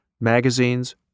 magazines